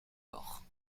ports